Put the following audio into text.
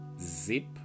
Zip